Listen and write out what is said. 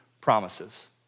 promises